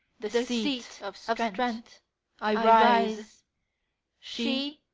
the seat of strength, i rise she,